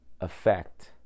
effect